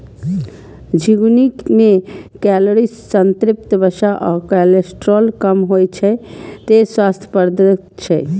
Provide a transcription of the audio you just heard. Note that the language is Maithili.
झिंगुनी मे कैलोरी, संतृप्त वसा आ कोलेस्ट्रॉल कम होइ छै, तें स्वास्थ्यप्रद छै